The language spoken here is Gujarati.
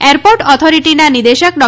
એરપોર્ટ ઓથોરિટીના નિદેશક ડો